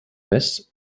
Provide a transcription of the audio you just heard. mess